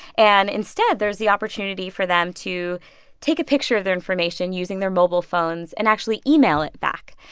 and instead, there's the opportunity for them to take a picture of their information using their mobile phones and actually email it back.